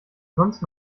sonst